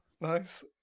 Nice